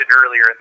earlier